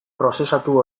prozesatu